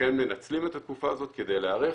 שכן מנצלים את התקופה הזאת כדי להיערך